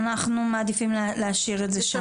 אנחנו מעדיפים להשאיר את זה שם,